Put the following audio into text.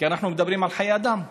כי אנחנו מדברים על חיי אדם.